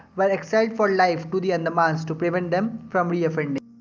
but exiled for life to the andamans to prevent them from re-offending.